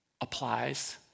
applies